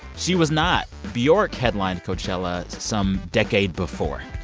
she was not. bjork headlined coachella some decade before.